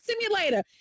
simulator